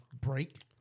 break